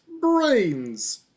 brains